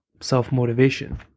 self-motivation